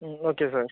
ம் okay sir